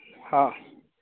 हा